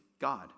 God